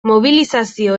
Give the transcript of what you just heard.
mobilizazio